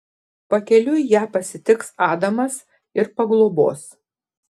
pakeliui ją pasitiks adamas ir paglobos